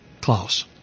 Klaus